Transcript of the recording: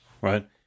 Right